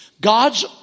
God's